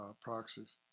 proxies